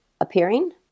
appearing